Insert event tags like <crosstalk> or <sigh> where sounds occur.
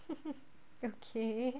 <laughs> okay